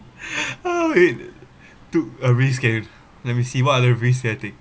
oh wait took a risk in let what other risk did I take